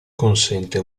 consente